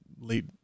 late